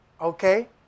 Okay